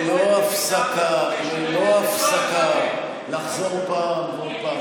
ללא הפסקה, ללא הפסקה, לחזור פעם ועוד פעם.